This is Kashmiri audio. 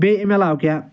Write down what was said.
بیٚیہِ أمۍ علاوٕ کیٛاہ